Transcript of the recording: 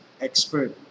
expert